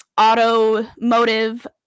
automotive